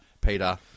Peter